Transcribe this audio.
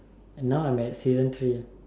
and now I'm at season three ah